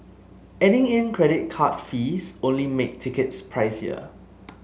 adding in credit card fees only make tickets pricier